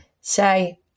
say